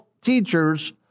teachers